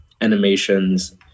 animations